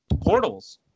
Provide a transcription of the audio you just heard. portals